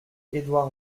edward